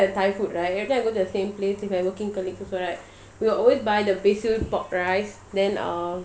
so like now that I like the thai food right everytime I go to the same place with my working colleagues also right we will always buy the basil pork rice then um